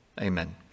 Amen